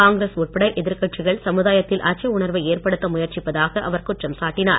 காங்கிரஸ் உட்பட எதிர்கட்சிகள் சமுதாயத்தில் அச்ச உணர்வை ஏற்படுத்த முயற்சிப்பதாக அவர் குற்றம் சாட்டினார்